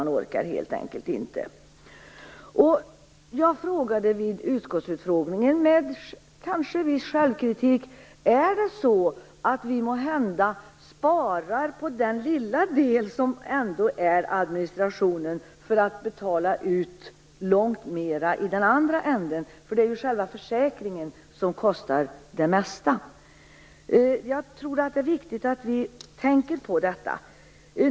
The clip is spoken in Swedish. Man orkar helt enkelt inte. Vid utskottsutfrågningen frågade jag, kanske med viss självkritik, om det är så att vi måhända sparar på den lilla del som administrationen ändå är för att betala ut långt mer i den andra änden. Det är ju själva försäkringen som kostar det mesta. Jag tror att det är viktigt att vi tänker på det.